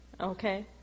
Okay